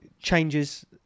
Changes